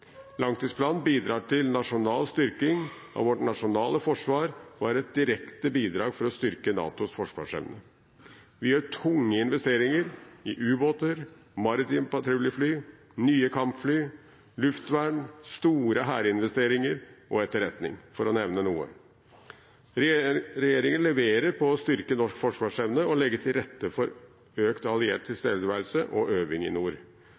Langtidsplanen bidrar til nasjonal styrking av vårt nasjonale forsvar og er et direkte bidrag for å styrke NATOs forsvarsevne. Vi gjør tunge investeringer i ubåter, maritime patruljefly, nye kampfly, luftvern, store hærinvesteringer og etterretning, for å nevne noe. Regjeringen leverer på å styrke norsk forsvarsevne og legge til rette for økt alliert tilstedeværelse og øving i nord.